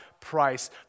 price